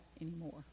anymore